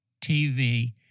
TV